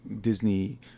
Disney